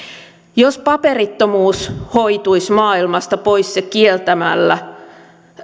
jos paperittomuus hoituisi maailmasta pois se kieltämällä